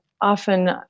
often